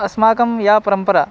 अस्माकं या परम्परा